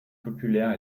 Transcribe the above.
populaire